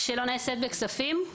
שלא נעשית בכספים?